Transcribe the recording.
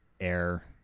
air